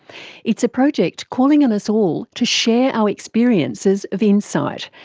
it's a project calling on us all to share our experiences of insight,